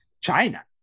China